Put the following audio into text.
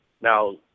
Now